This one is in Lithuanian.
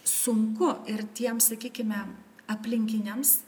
sunku ir tiem sakykime aplinkiniams